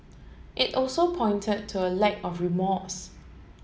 it also pointed to a lack of remorse